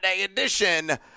edition